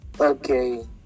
Okay